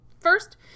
First